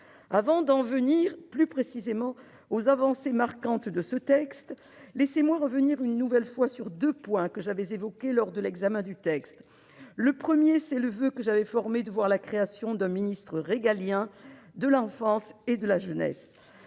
avant d'en venir plus précisément aux avancées marquantes de ce texte, laissez-moi revenir une nouvelle fois sur deux points que j'ai évoqués lors de l'examen du texte en première lecture. Le premier, c'est le voeu que j'ai formé de voir la création d'un ministère régalien de l'enfance et de la jeunesse.